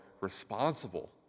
responsible